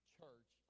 church